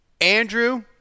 Andrew